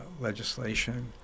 legislation